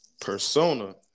persona